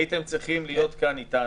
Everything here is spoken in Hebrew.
בהקשר הזה הייתם צריכים להיות כאן איתנו,